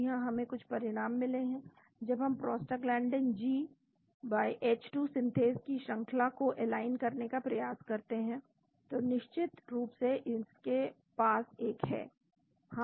जीहां हमें यहां कुछ परिणाम मिले हैं जब हम प्रोस्टाग्लैंडिन जी एच 2 सिंथेज़ की श्रंखला को एलाइन करने का प्रयास करते हैं तो निश्चित रूप से इसके पास एक है